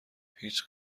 هیچ